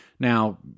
Now